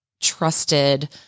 trusted